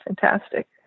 fantastic